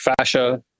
fascia